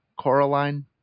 Coraline